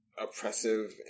oppressive